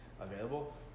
available